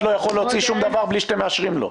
לא יכול להוציא שום דבר בלי שאתם מאשרים לו.